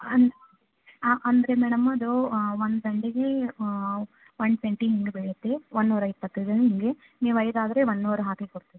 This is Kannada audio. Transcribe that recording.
ಅಂದು ಆ ಅಂದರೆ ಮೇಡಮ್ ಅದು ಒಂದು ದಂಡೆಗೆ ಒನ್ ಟ್ವೆಂಟಿ ಹಿಂಗೆ ಬೀಳುತ್ತೆ ಒಂದುನೂರ ಇಪ್ಪತ್ತು ಹಿಗೇ ನೀವು ಐದು ಆದರೆ ಒಂದು ನೂರು ಹಾಕಿ ಕೊಡ್ತೇವೆ